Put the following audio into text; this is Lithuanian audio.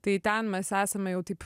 tai ten mes esame jau taip